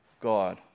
God